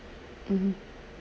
mmhmm